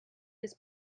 was